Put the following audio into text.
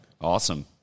Awesome